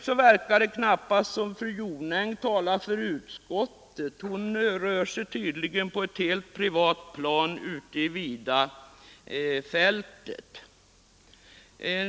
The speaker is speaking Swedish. I övrigt verkar det knappast som om fru Jonäng talar för utskottet — hon rör sig tydligen på ett helt privat plan ute i vida fältet.